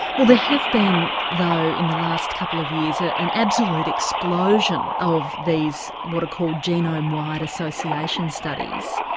well there have been though in the last couple of years ah an absolute explosion of these what are called genome-wide association studies.